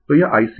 तो यह IC है